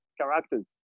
characters